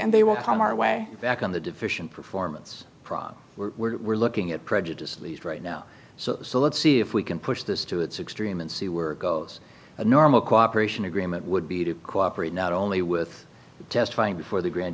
and they will come our way back on the deficient performance problem we're looking at prejudice least right now so so let's see if we can push this to its extreme and see where it goes a normal cooperation agreement would be to cooperate not only with testifying before the grand